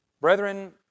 Brethren